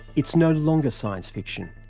it's no longer science fiction,